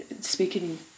speaking